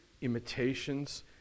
imitations